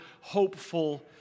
hopeful